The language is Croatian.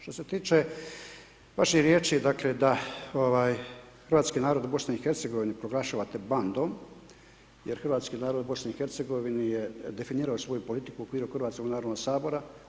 Što se tiče vaših riječi da hrvatski narod BiH proglašavate bandom jer hrvatski narod u BiH je definirao svoju politiku u okviru Hrvatskog narodnog sabora.